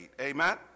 amen